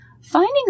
finding